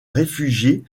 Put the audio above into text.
réfugier